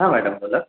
हां मॅडम बोला